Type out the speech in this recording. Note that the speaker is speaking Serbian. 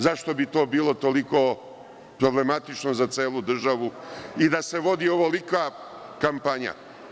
Zašto bi to bilo toliko problematično za celu državu i da se vodi ovolika kampanja?